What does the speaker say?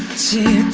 see